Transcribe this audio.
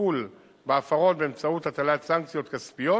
לטיפול בהפרות באמצעות הטלת סנקציות כספיות